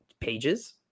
pages